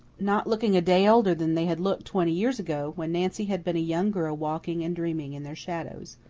not looking a day older than they had looked twenty years ago, when nancy had been a young girl walking and dreaming in their shadows.